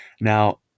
Now